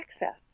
access